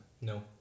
no